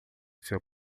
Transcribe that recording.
seu